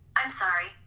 i'm sorry.